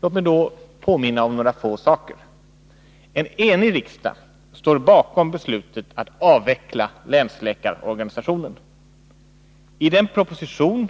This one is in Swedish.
Låt mig påminna om några få saker. En enig riksdag står bakom beslutet att avveckla länsläkarorganisationen. I den proposition